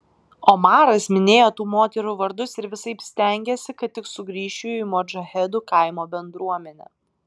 omaras minėjo tų moterų vardus ir visaip stengėsi kad tik sugrįžčiau į modžahedų kaimo bendruomenę